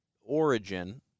origin